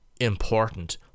...important